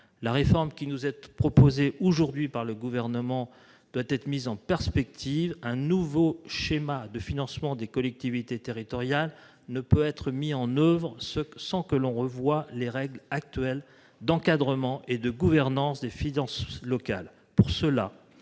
La réforme qui nous est proposée aujourd'hui par le Gouvernement doit donc être mise en perspective : un nouveau schéma de financement des collectivités territoriales ne peut être mis en oeuvre sans que l'on revoie les règles actuelles d'encadrement et de gouvernance des finances locales.